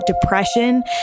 depression